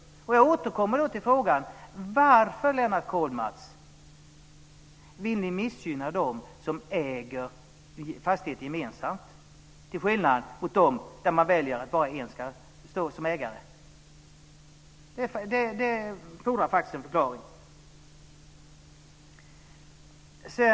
Jag återkommer till frågan: Varför, Lennart Kollmats, vill ni missgynna dem som äger en fastighet gemensamt, till skillnad från dem som väljer att låta bara en stå som ägare? Det fordrar faktiskt en förklaring.